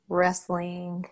wrestling